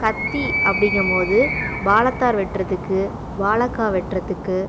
கத்தி அப்படிங்கபோது வாழைத்தார் வெட்டுறதுக்கு வாழைக்காய் வெட்டுறதுக்கு